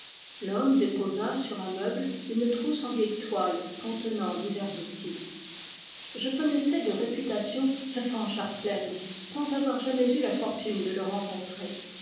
l'homme déposa sur un meuble une trousse en vieille toile contenant divers outils je connaissais de réputation ce fanch ar flem sans avoir jamais eu la fortune de le rencontrer